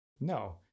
No